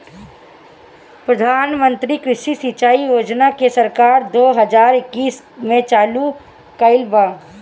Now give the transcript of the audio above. प्रधानमंत्री कृषि सिंचाई योजना के सरकार दो हज़ार इक्कीस में चालु कईले बा